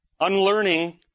Unlearning